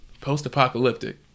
post-apocalyptic